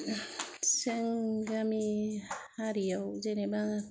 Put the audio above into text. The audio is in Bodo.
जों गामि हारियाव जेनेबा